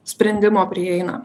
sprendimo prieina